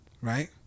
Right